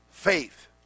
Faith